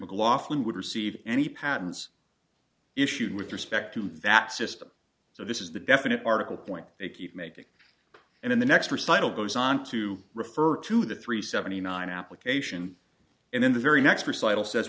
mclaughlin would receive any patents issued with respect to that system so this is the definite article point they keep making and then the next recital goes on to refer to the three seventy nine application and then the very next recital says